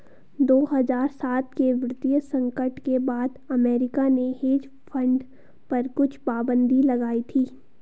दो हज़ार सात के वित्तीय संकट के बाद अमेरिका ने हेज फंड पर कुछ पाबन्दी लगाई थी